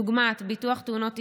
דוגמת ביטוח תאונות אישיות,